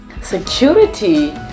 Security